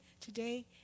today